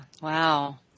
wow